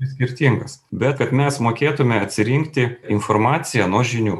skirtingas bet kad mes mokėtume atsirinkti informaciją nuo žinių